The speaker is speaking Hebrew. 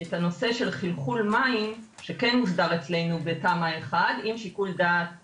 את הנושא של חלחול מים שכן מוגדר אצלנו בתמ"א1 עם שיקול דעת עירוני.